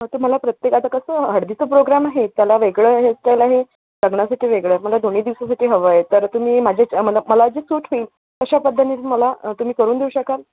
तर मला प्रत्येक आता कसं हळदीचं प्रोग्राम आहे त्याला वेगळं हेअरस्टाईल आहे लग्नासाठी वेगळं आहे मला दोन्ही दिवसासाठी हवं आहे तर तुम्ही माझ्या मला मला जे सूट होईल तशा पद्धतीने मला तुम्ही करून देऊ शकाल